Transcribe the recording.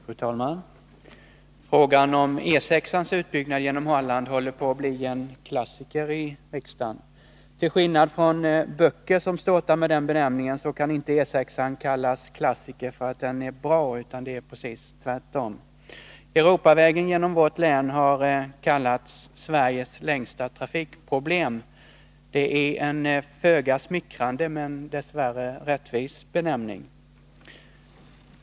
Fru talman! Frågan om E 6-ans utbyggnad genom Halland håller på att bli en klassiker i riksdagen. Till skillnad från böcker som ståtar med den benämningen så kan inte E 6-an kallas klassiker för att den är bra, utan det är precis tvärtom. Europavägen genom vårt län har kallats Sveriges längsta trafikproblem. Det är en föga smickrande men dess värre rättvis benämning.